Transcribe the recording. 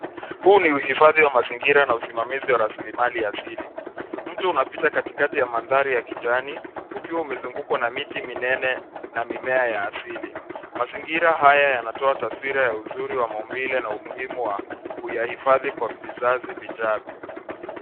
Huu ni uhifadhi wa mazingira na usimamizi wa rasilimali ya asili. Mto unapita katikati ya mandhari ya kijani ukiwa umezungukwa na miti minene na mimea ya asili. Mazingira haya yanatoa taswira ya uzuri wa maumbile na umuhimu wa kuyahifadhi kwa vizazi vijavyo.